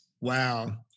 Wow